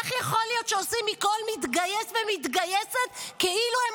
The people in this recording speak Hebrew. איך יכול להיות שעושים מכל מתגייס ומתגייסת כאילו הם